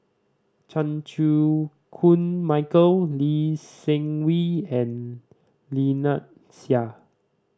Chan Chew Koon Michael Lee Seng Wee and Lynnette Seah